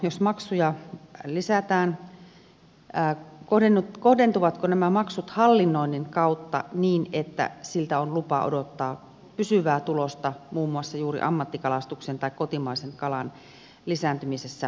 jos maksuja lisätään kohdentuvatko nämä maksut hallinnoinnin kautta niin että on lupa odottaa pysyvää tulosta muun muassa juuri ammattikalastuksessa tai kotimaisen kalan lisääntymisessä ruokapöydissämme